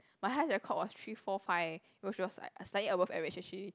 my highest record was three four five which was like slightly above average actually